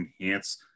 enhance